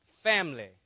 family